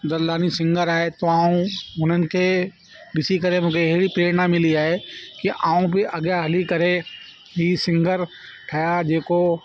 Dadlani singer आहे त आऊं उन्हनि खे ॾिसी करे मूंखे अहिड़ी प्रेरणा मिली आहे की आऊं बि अॻियां हली करे इअ सिंगर ठहियां जेको